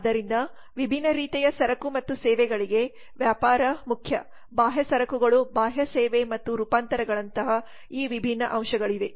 ಆದ್ದರಿಂದ ವಿವಿಧ ರೀತಿಯ ಸರಕು ಮತ್ತು ಸೇವೆಗಳಿಗೆ ವ್ಯಾಪಾರ ಮುಖ್ಯ ಬಾಹ್ಯ ಸರಕುಗಳು ಬಾಹ್ಯ ಸೇವೆ ಮತ್ತು ರೂಪಾಂತರಗಳಂತಹ ಈ ವಿಭಿನ್ನ ಅಂಶಗಳಿವೆ